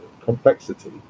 complexity